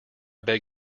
beg